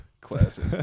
Classic